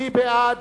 מי בעד?